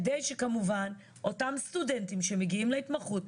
כדי שכמובן אותם סטודנטים שמגיעים להתמחות,